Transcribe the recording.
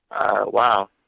wow